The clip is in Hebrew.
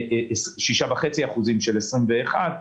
6.5% של 2021,